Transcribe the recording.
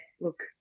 look